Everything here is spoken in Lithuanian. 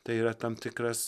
tai yra tam tikras